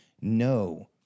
no